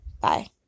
Bye